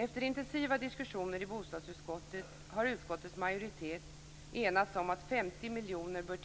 Efter intensiva diskussioner i bostadsutskottet har utskottets majoritet enats om att 50 miljoner bör